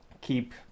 keep